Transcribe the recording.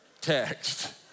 text